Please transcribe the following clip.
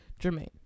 Jermaine